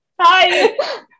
Hi